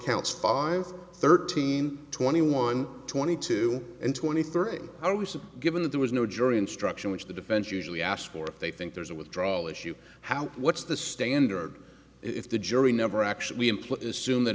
counts five thirteen twenty one twenty two and twenty three are recent given that there was no jury instruction which the defense usually asked for they think there's a withdrawal issue how what's the standard if the jury never actually